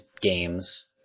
games